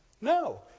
No